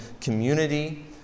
community